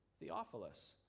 Theophilus